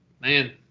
man